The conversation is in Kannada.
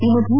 ಈ ಮಧ್ಯೆ